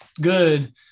good